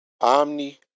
Omni